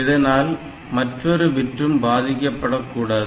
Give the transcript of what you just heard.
இதனால் மற்றொரு பிட்டும் பாதிக்கப்படக்கூடாது